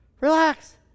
Relax